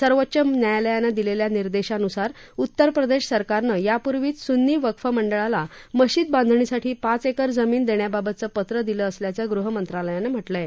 सर्वोच्च न्यायालयानं दिलेल्या निर्देशानुसार उत्तरप्रदेश सरकारनं यापूर्वीच सुन्नी वक्फ मंडळाला मशीद बांधणीसाठी पाच एकर जमीन देण्याबाबतचं पत्र दिल्याचं गृहमंत्रालयानं म्हटलं आहे